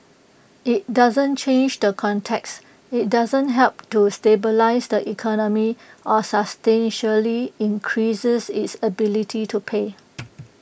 IT doesn't change the context IT doesn't help to stabilise the economy or substantially increases its ability to pay